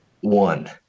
one